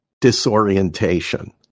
disorientation